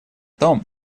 том